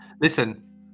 Listen